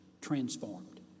transformed